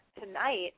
tonight